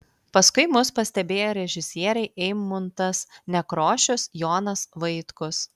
paskui mus pastebėjo režisieriai eimuntas nekrošius jonas vaitkus